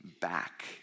Back